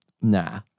Nah